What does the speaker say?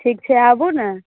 ठीक छै आबू ने